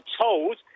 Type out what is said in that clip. told